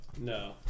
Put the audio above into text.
No